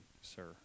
sir